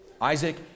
Isaac